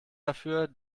dafür